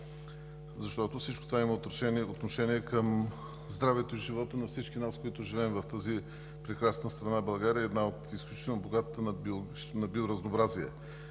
защото всичко това има отношение към здравето и живота на всички нас, които живеем в тази прекрасна страна България, която е една от изключително богатите на биоразнообразие.